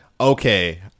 okay